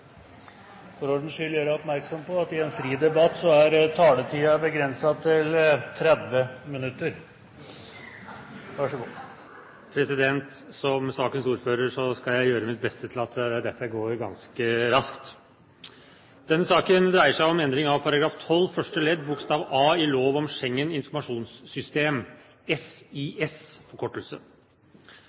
For ordens skyld vil presidenten gjøre oppmerksom på at i en fri debatt er taletiden begrenset til 30 minutter. Som sakens ordfører skal jeg gjøre mitt beste til at dette går ganske raskt. Denne saken dreier seg om endring av § 12 første ledd bokstav a i lov om Schengen informasjonssystem, forkortet SIS.